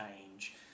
change